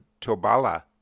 Tobala